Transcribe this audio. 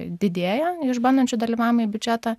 didėja išbandančių dalyvajamąjį biudžetą